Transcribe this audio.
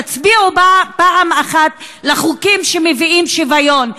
תצביעו פעם אחת לחוקים שמביאים שוויון.